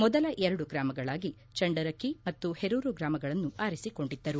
ಮೊದಲ ಎರಡು ಗ್ರಾಮಗಳಾಗಿ ಚಂಡರಕಿ ಮತ್ತು ಹೆರೂರು ಗ್ರಾಮಗಳನ್ನು ಆರಿಸಿಕೊಂಡಿದ್ದರು